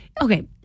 Okay